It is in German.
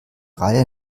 reihe